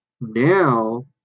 now